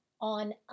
on